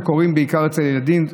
שקורים בעיקר אצל הילדים.